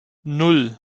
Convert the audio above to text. nan